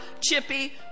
Chippy